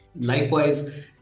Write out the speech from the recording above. Likewise